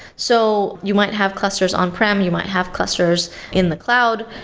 so you might have clusters on-prem. you might have clusters in the cloud,